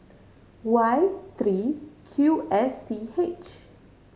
Y three Q S C H